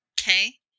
Okay